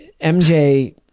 MJ